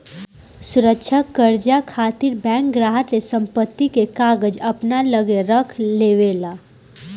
सुरक्षा कर्जा खातिर बैंक ग्राहक के संपत्ति के कागज अपना लगे रख लेवे ला